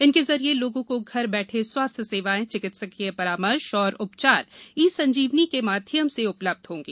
इनके जरिए लोगों को घर बैठे स्वास्थ्य सेवाएं चिकित्सीय परामर्श एवं उपचार ई संजीवनी मे माध्यम से उपलब्ध होंगी